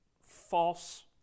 false